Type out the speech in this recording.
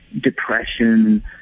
depression